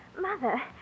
Mother